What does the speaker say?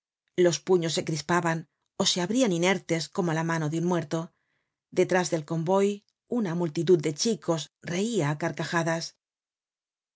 los puños se crispaban ó se abrian inertes como la mano de un muerto detrás del convoy una multitud de chicos reia á carcajadas